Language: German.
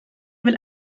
will